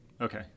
okay